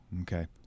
Okay